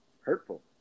hurtful